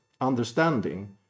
understanding